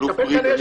האלוף בריק,